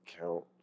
count